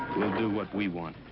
we'll do what we want.